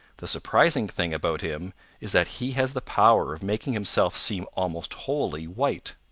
the surprising thing about him is that he has the power of making himself seem almost wholly white.